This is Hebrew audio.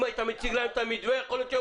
אם היית מציג להם את המתווה יכול להיות שהיו